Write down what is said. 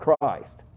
Christ